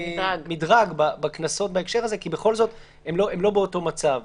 מדרג בקנסות בהקשר הזה כי בכל זאת הם לא באותו מצב.